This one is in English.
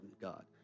God